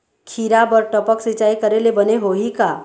खिरा बर टपक सिचाई करे ले बने होही का?